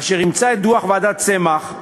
אשר אימצה את דוח ועדת צמח,